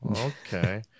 okay